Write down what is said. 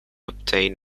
obtain